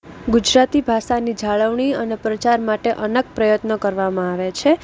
ગુજરાતી ભાષાની જાળવણી અને પ્રચાર માટે અનેક પ્રયત્નો કરવામાં આવે છે